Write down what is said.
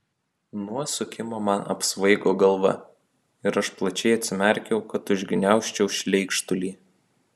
nuo sukimo man apsvaigo galva ir aš plačiai atsimerkiau kad užgniaužčiau šleikštulį